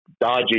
dodgy